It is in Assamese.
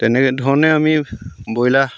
তেনেকৈ ধৰণে আমি ব্ৰইলাৰ